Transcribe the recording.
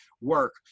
work